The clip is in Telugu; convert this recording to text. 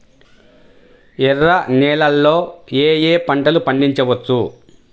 ఎర్ర నేలలలో ఏయే పంటలు పండించవచ్చు?